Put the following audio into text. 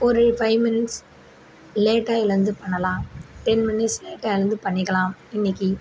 ஒரு five minutes லேட்டாக எழுந்து பண்ணலாம் டென் மினிட்ஸ் லேட்டாக எழுந்து பண்ணிக்கலாம் இன்றைக்கி